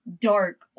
dark